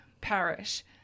parish